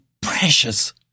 precious